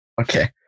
Okay